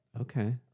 Okay